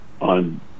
on